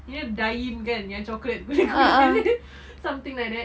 you know Daim kan yang chocolate gula-gula something like that